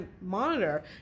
monitor